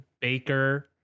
Baker